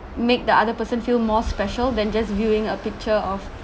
make the other person feel more special than just viewing a picture of